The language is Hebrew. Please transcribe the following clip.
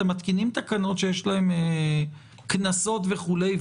אתם מתקינים תקנות שיש להם קנסות וכולי,